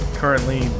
currently